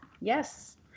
yes